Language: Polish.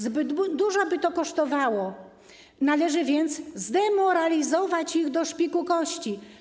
Zbyt dużo by to kosztowało, należy więc zdemoralizować ich do szpiku kości.